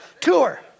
tour